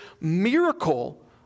miracle